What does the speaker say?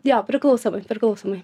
jo priklausomai priklausomai